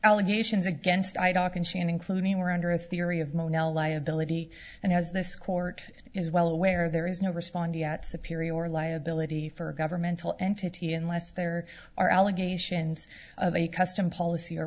allegations against iraq in shannon clooney were under a theory of mono liability and as this court is well aware there is no respond yet superior liability for a governmental entity unless there are allegations of a custom policy or